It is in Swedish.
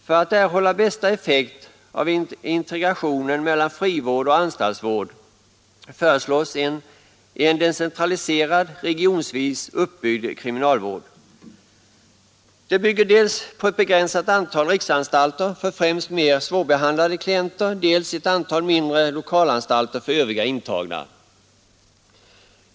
För att erhålla bästa effekt av integrationen mellan frivård och anstaltsvård föreslås en decentraliserad, regionsvis uppbyggd kriminalvård. Den bygger dels på ett begränsat antal riksanstalter för främst mera svårbehandlade klienter, dels ett antal mindre lokalanstalter för övriga intagna.